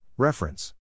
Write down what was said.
Reference